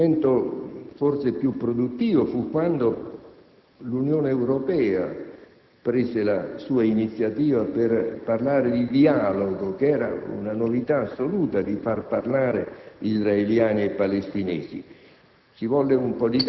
Il momento forse più produttivo fu quando l'Unione Europea assunse la sua iniziativa per parlare di dialogo: una novità assoluta quella di far parlare gli israeliani e i palestinesi.